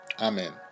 Amen